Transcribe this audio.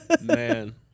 Man